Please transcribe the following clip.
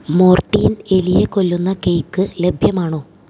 Mortein എലിയെ കൊല്ലുന്ന cake ലഭ്യമാണോ